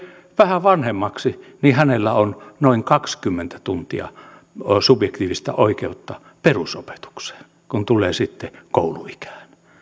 vähän vanhemmaksi niin hänellä on noin kaksikymmentä tuntia subjektiivista oikeutta perusopetukseen kun tulee sitten kouluikään niin